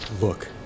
look